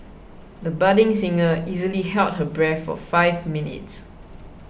the budding singer easily held her breath for five minutes